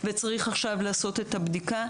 וצריך עכשיו לעשות את הבדיקה,